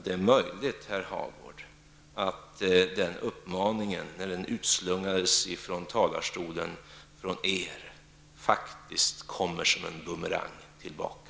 Det är möjligt, herr Hagård, att den uppmaningen, när den utslungades från talarstolen från er faktiskt kommer som en bumerang tillbaka.